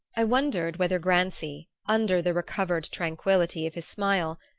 i wondered whether grancy, under the recovered tranquillity of his smile,